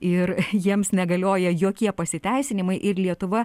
ir jiems negalioja jokie pasiteisinimai ir lietuva